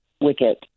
wicket